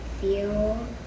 feel